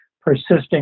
persisting